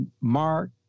mark